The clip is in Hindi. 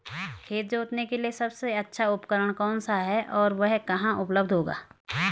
खेत जोतने के लिए सबसे अच्छा उपकरण कौन सा है और वह कहाँ उपलब्ध होगा?